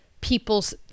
people's